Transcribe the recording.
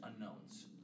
unknowns